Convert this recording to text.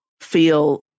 feel